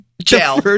Jail